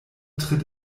tritt